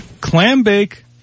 Clambake